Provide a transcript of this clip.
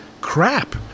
crap